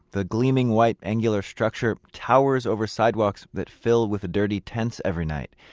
the gleaming white angular structure towers over sidewalks that fill with dirty tents every night.